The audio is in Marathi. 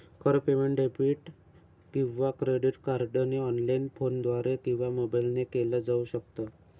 कर पेमेंट डेबिट किंवा क्रेडिट कार्डने ऑनलाइन, फोनद्वारे किंवा मोबाईल ने केल जाऊ शकत